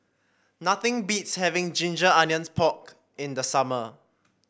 nothing beats having Ginger Onions Pork in the summer